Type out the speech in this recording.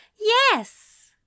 Yes